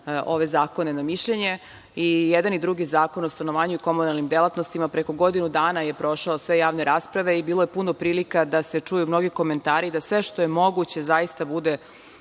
ove zakone na mišljenje.I jedan i drugi Zakon o stanovanju i komunalnim delatnostima preko godinu dana je prošao sve javne rasprave i bilo je puno prilika da se čuju mnogi komentari, da sve što je moguće zaista bude